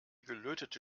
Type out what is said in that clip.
gelötete